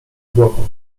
głową